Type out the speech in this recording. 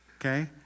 Okay